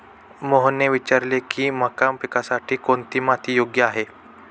मोहनने विचारले की मका पिकासाठी कोणती माती योग्य आहे?